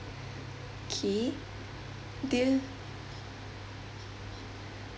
okay do you